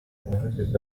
umuvugizi